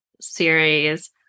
series